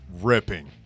ripping